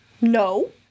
No